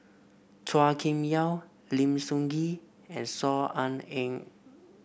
Chua Kim Yeow Lim Sun Gee and Saw Ean Ang